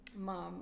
Mom